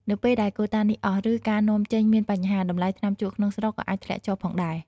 នៅពេលដែលកូតានេះអស់ ឬការនាំចេញមានបញ្ហា តម្លៃថ្នាំជក់ក្នុងស្រុកក៏អាចធ្លាក់ចុះផងដែរ។